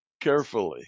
carefully